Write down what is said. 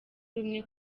rumwe